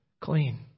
clean